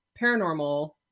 paranormal